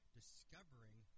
discovering